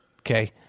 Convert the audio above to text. Okay